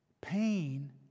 Pain